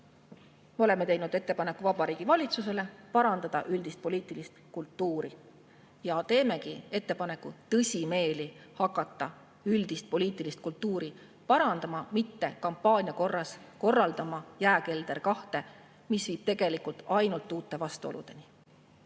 Me oleme teinud Vabariigi Valitsusele ettepaneku parandada üldist poliitilist kultuuri. Me teemegi ettepaneku tõsimeeli hakata üldist poliitilist kultuuri parandama, mitte kampaania korras korraldama "Jääkelder 2", mis viib tegelikult ainult uute vastuoludeni.